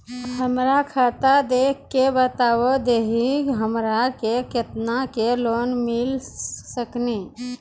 हमरा खाता देख के बता देहु हमरा के केतना के लोन मिल सकनी?